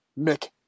Mick